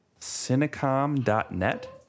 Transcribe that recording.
Cinecom.net